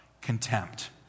Contempt